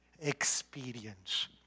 experience